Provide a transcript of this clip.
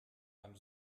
beim